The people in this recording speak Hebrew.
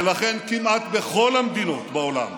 ולכן כמעט בכל המדינות בעולם,